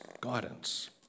guidance